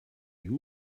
you